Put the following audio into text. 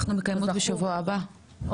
אנחנו מקיימות בשבוע הבא, תבואי.